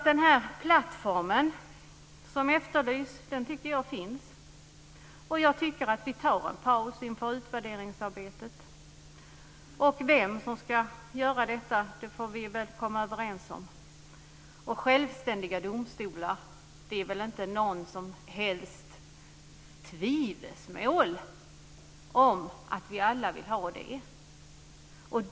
Den plattform som blir efterlyst tycker jag alltså finns. Jag tycker att vi tar en paus inför utvärderingsarbetet. Vem som ska göra detta får vi väl komma överens om. Självständiga domstolar är det väl inget som helst tvivel om att vi alla vill ha.